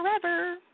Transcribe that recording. forever